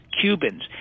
Cubans